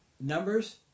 Numbers